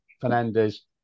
Fernandez